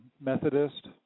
Methodist